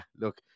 look